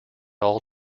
all